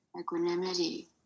equanimity